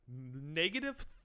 negative